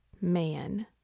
man